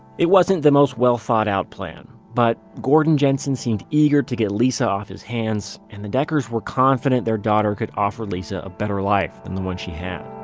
it wasn't the most well thought-out plan but gordon jensen seemed eager to get lisa off his hands and the deckers were confident their daughter could offer lisa a better life than the one she had.